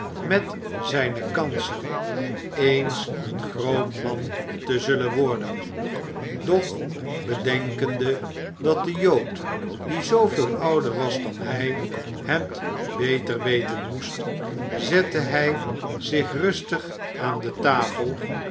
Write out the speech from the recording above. met zijne kansen eens een groot man te zullen worden doch bedenkende dat de jood die zooveel ouder was dan hij het beter weten moest zette hij zich rustig aan de tafel